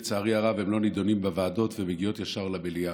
לצערי הרב הן לא נדונות בוועדות ומגיעות ישר למליאה.